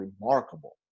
remarkable